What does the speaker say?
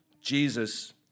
Jesus